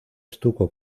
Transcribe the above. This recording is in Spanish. estuco